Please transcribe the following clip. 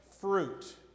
fruit